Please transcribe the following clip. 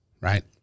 right